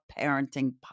Parenting